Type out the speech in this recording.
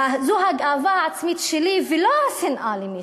הגאווה העצמית שלי, ולא השנאה למישהו,